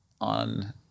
on